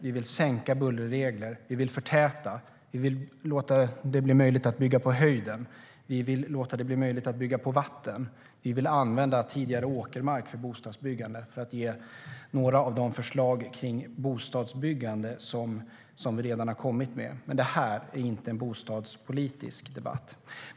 Vi vill ha regler för sänkt buller, vi vill förtäta, vi vill låta det bli möjligt att bygga på höjden, vi vill låta det bli möjligt att bygga på vatten, vi vill använda tidigare åkermark för bostadsbyggande - för att ge exempel på några av de förslag om bostadsbyggande som vi redan har kommit med. Men det här är inte en bostadspolitisk debatt.